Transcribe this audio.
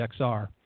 XR